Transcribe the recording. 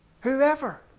Whoever